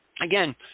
Again